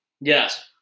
Yes